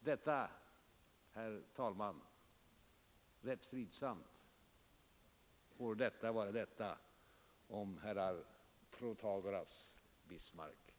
Detta, herr talman, sagt rätt fridsamt. Må detta vara detta om herrar Protagoras, Bismarck och Bohman.